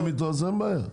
אם מתאמים איתו אז אין בעיה.